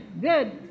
Good